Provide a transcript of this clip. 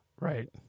Right